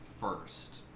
first